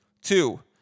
Two